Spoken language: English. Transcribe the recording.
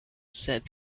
said